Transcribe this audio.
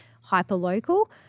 hyper-local